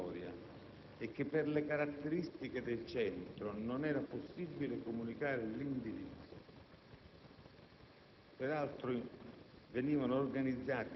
spiegando che la sistemazione era provvisoria e che per le caratteristiche del centro non era possibile comunicare l'indirizzo.